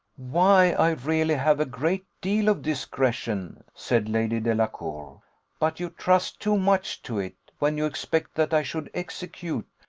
why i really have a great deal of discretion, said lady delacour but you trust too much to it when you expect that i should execute,